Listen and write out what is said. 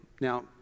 Now